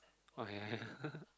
oh ya ya